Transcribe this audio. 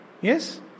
Yes